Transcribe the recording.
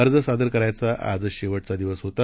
अर्ज सादर करायचा आज शेवटचा दिवस होता